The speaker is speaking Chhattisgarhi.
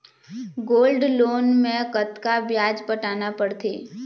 गोल्ड लोन मे कतका ब्याज पटाना पड़थे?